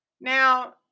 Now